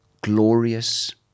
glorious